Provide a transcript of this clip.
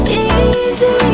easy